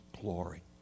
glory